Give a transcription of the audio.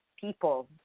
people